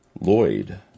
Lloyd